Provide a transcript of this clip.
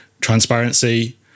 Transparency